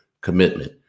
commitment